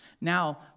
Now